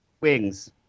wings